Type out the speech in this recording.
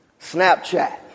Snapchat